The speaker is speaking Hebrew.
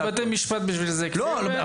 יש בתי משפט בשביל זה, בסדר?